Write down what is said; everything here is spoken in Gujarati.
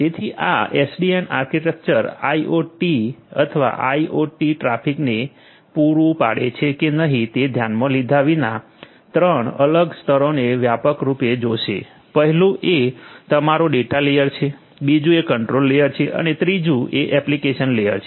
તેથી આ એસડીએન આર્કિટેક્ચર આઇઆઇઓટી અથવા આઇઓટી ટ્રાફિકને પૂરુ પાડે છે કે નહીં તે ધ્યાનમાં લીધા વિના 3 અલગ સ્તરોને વ્યાપકરૂપે જોશે 1લું એ તમારો ડેટા લેયર છે 2જુ એ કંટ્રોલ લેયર છે અને 3જુ એ એપ્લીકેશન લેયર છે